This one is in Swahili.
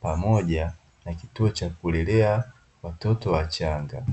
pamoja na cha kulelea watoto wachanga".